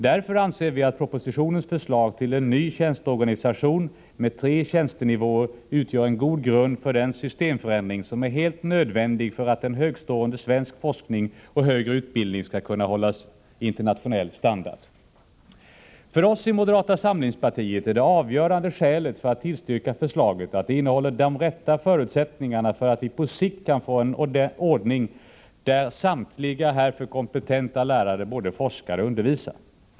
Därför anser vi att propositionens förslag till ny tjänsteorganisation, med tre tjänstenivåer, utgör en god grund för den systemförändring som är helt nödvändig för att en högtstående svensk forskning och högre utbildning skall kunna hålla internationell standard. För oss i moderata samlingspartiet är det avgörande skälet för att tillstyrka förslaget att det innehåller de rätta förutsättningarna för att vi på sikt kan få en ordning där samtliga härför kompetenta lärare både forskar och undervisar.